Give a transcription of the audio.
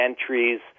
entries